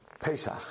Pesach